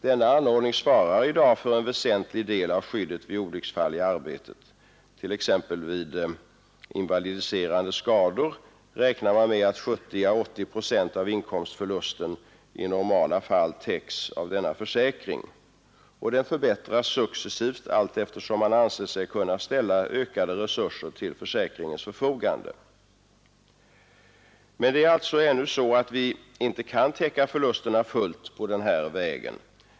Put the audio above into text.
Denna anordning svarar i dag för en väsentlig del av skyddet vid olycksfall i arbetet; vid invalidiserande skador räknar man t.ex. med att 70 å 80 procent av inkomstförlusten i normala fall täcks av denna försäkring. Den förbättras successivt allteftersom man anser sig kunna ställa ökade resurser till försäkringens förfogande. Men det är alltså fortfarande så att vi inte kan täcka förlusterna helt i det här avseendet.